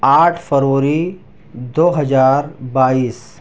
آٹھ فروری دو ہزار بائیس